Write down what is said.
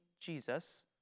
Jesus